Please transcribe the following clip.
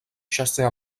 chasser